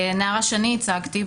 נערה שאני ייצגתי,